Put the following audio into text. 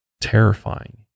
terrifying